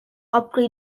upgrade